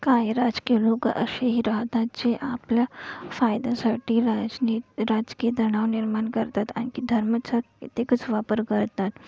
काही राजकीय लोकं असेही राहतात जे आपल्या फायद्यासाठी राजनी राजकीय तणाव निर्माण करतात आणखी धर्माचा एकच वापर करतात